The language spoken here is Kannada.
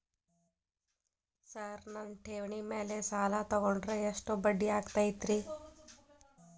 ಸರ್ ನನ್ನ ಠೇವಣಿ ಮೇಲೆ ಸಾಲ ತಗೊಂಡ್ರೆ ಎಷ್ಟು ಬಡ್ಡಿ ಆಗತೈತ್ರಿ?